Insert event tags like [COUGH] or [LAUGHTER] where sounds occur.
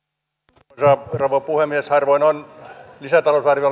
arvoisa rouva puhemies harvoin on lisätalousarvio [UNINTELLIGIBLE]